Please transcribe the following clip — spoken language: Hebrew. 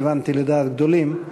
כיוונתי לדעת גדולים.